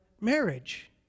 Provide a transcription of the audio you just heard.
marriage